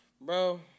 Bro